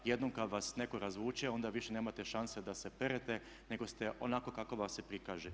Jednom kad vas netko razvuče onda više nemate šanse da se perete nego ste onakav kako vas se prikaže.